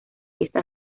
esta